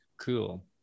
Cool